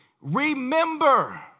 remember